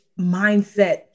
mindset